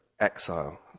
exile